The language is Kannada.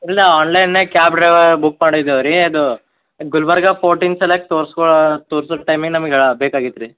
ಇಲ್ಲ ಆನ್ಲೈನ್ನಾಗೆ ಕ್ಯಾಬ್ ಡ್ರೈವರ್ ಬುಕ್ ಮಾಡಿದ್ದೇವೆ ರೀ ಅದು ಗುಲ್ಬರ್ಗಾ ಫೋರ್ಟಿಂಗ್ಸೆಲ್ಲ ತೋರ್ಸ್ಕೊಳ್ಳೋ ತೋರ್ಸೋದ್ ಟೈಮಿಗೆ ನಮ್ಗೆ ಬೇಕಾಗಿತ್ತು ರೀ